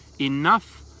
enough